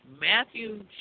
Matthew